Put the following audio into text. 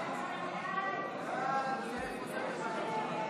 ההצעה להעביר את הצעת חוק הבחירות